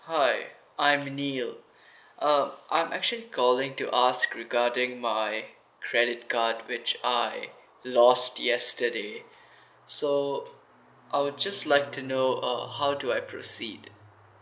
hi I'm niel uh I'm actually calling to ask regarding my credit card which I lost yesterday so I'd just like to know uh how do I proceed